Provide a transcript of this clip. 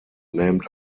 named